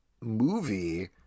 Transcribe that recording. movie